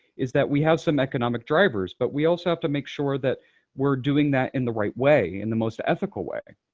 is that we have some economic drivers, but we also have to make sure that we're doing that in the right way, in the most ethical way.